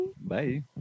Bye